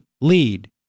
lead